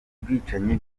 bwicanyi